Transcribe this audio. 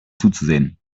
zuzusehen